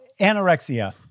anorexia